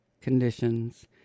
conditions